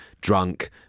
drunk